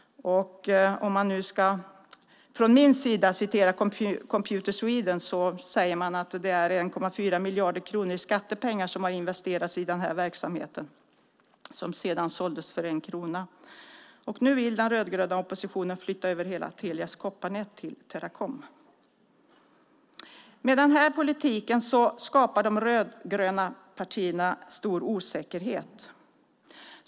Jag kan från min sida hänvisa till Computer Sweden. Man säger att det är 1,4 miljarder kronor i skattepengar som har investerats i den här verksamheten, som sedan såldes för en krona. Och nu vill den rödgröna oppositionen flytta över hela Telias kopparnät till Teracom. Med den här politiken skapar de rödgröna partierna stor osäkerhet.